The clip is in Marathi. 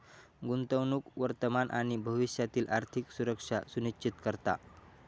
गुंतवणूक वर्तमान आणि भविष्यातील आर्थिक सुरक्षा सुनिश्चित करता